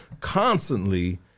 constantly